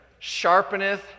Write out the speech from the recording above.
sharpeneth